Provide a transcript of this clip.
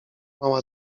mała